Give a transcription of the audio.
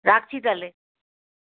রাখছি তাহলে